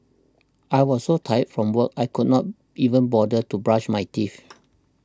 I was so tired from work I could not even bother to brush my teeth